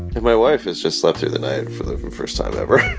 and my wife has just slept through the night for the first time ever